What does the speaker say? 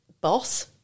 boss